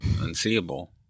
Unseeable